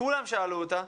כולם שאלו אותה,